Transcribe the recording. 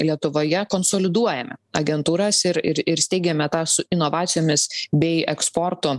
lietuvoje konsoliduojame agentūras ir ir ir steigiame tą su inovacijomis bei eksportu